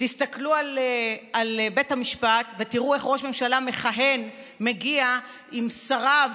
תסתכלו על בית המשפט ותראו איך ראש ממשלה מכהן מגיע עם שריו,